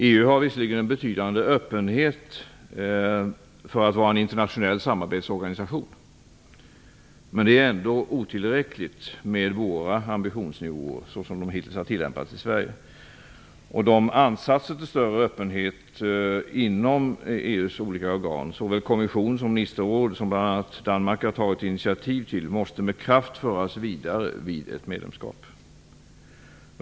EU har visserligen en betydande öppenhet för att vara en internationell samarbetsorganisation, men det är ändå otillräckligt utifrån den ambitionsnivå vi hittills haft i Sverige. De ansatser till större öppenhet inom EU:s olika organ, såväl kommission som ministerråd, som bl.a. Danmark har tagit initiativ till måste med kraft föras vidare vid ett medlemskap.